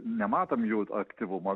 nematom jų aktyvumo